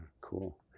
Cool